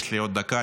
יש לי עוד דקה,